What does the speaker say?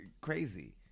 crazy